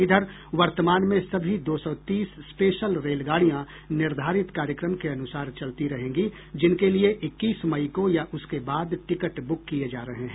इधर वर्तमान में सभी दो सौ तीस स्पेशल रेलगाडियां निर्धारित कार्यक्रम के अनुसार चलती रहेंगी जिनके लिए इक्कीस मई को या उसके बाद टिकट बुक किए जा रहे हैं